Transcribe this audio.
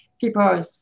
people